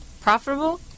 profitable